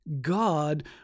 God